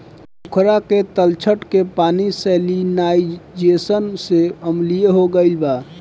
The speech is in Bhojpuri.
पोखरा के तलछट के पानी सैलिनाइज़ेशन से अम्लीय हो गईल बा